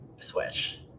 Switch